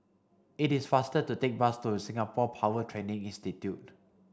it is faster to take bus to Singapore Power Training Institute